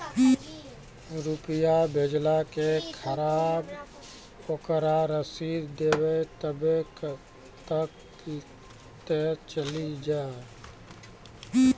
रुपिया भेजाला के खराब ओकरा रसीद देबे तबे कब ते चली जा?